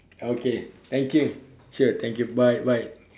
okay thank you sure thank you bye bye